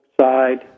side